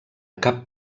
cap